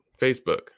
Facebook